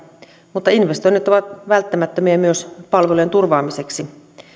mutta investoinnit ovat välttämättömiä myös palvelujen turvaamiseksi